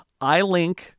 iLink